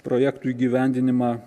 projektų įgyvendinimą